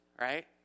right